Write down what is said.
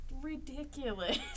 ridiculous